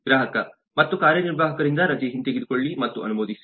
ಗ್ರಾಹಕ ಮತ್ತು ಕಾರ್ಯನಿರ್ವಾಹಕರಿಂದ ರಜೆ ಹಿಂತೆಗೆದುಕೊಳ್ಳಿ ಮತ್ತು ಅನುಮೋದಿಸಿ